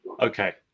okay